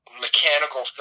mechanical